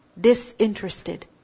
Disinterested